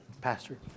Pastor